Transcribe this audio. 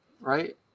right